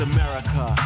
America